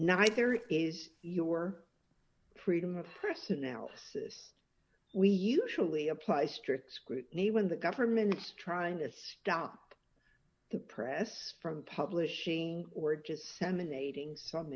neither is your freedom of press analysis we usually apply strict scrutiny when the government trying to stop the press from publishing or just